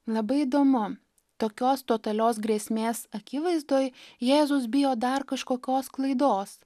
labai įdomu tokios totalios grėsmės akivaizdoj jėzus bijo dar kažkokios klaidos